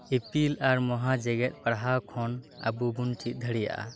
ᱤᱯᱤᱞ ᱟᱨ ᱢᱚᱦᱟ ᱡᱮᱜᱮᱫ ᱯᱟᱲᱦᱟᱣ ᱠᱷᱚᱱ ᱟᱵᱚ ᱵᱚᱱ ᱪᱮᱫ ᱫᱟᱲᱮᱭᱟᱜᱼᱟ